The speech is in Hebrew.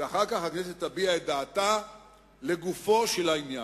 ואחר כך הכנסת תביע את דעתה לגופו של עניין,